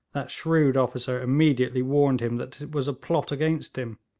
that shrewd officer immediately warned him that it was a plot against him.